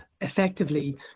effectively